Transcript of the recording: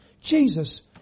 Jesus